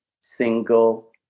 single